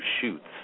shoots